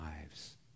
lives